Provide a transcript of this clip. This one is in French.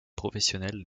professionnels